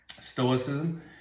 Stoicism